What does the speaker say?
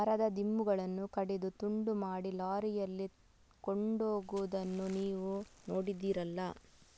ಮರದ ದಿಮ್ಮಿಗಳನ್ನ ಕಡಿದು ತುಂಡು ಮಾಡಿ ಲಾರಿಯಲ್ಲಿ ಕೊಂಡೋಗುದನ್ನ ನೀವು ನೋಡಿದ್ದೀರಲ್ಲ